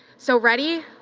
so ready,